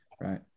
right